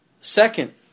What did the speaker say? Second